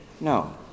No